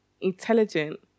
intelligent